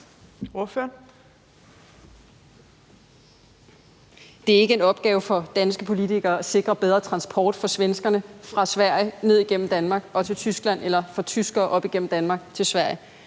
(NB): Det er ikke en opgave for danske politikere at sikre bedre transport for svenskerne fra Sverige ned gennem Danmark og til Tyskland, eller for tyskere op gennem Danmark til Sverige.